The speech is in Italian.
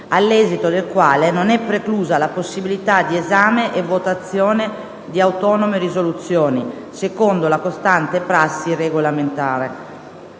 all'esito del quale non è preclusa la possibilità di esame e votazione di autonome risoluzioni, secondo la costante prassi regolamentare.